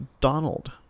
Donald